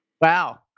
Wow